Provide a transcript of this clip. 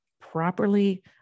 properly